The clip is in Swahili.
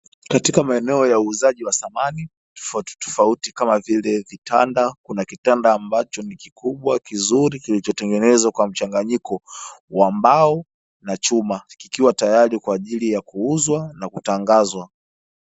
Katika maeneo ya uuzaji wa samani tofautitofauti kama vile vitanda, kuna kitanda ambacho ni kikubwa kizuri kilichotengenezwa kwa mchanganyiko wa mbao na chuma, kikiwa tayari kwaajili ya kuuzwa na kutangazwa.